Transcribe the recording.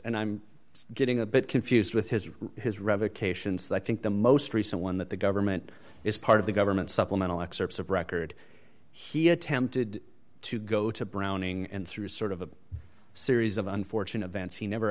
and i'm getting a bit confused with his his revocations that i think the most recent one that the government is part of the government supplemental excerpts of record he attempted to go to browning and through a sort of a series of unfortunate events he never